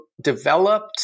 developed